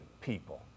people